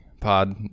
pod